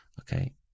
Okay